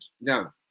No